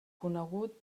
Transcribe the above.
conegut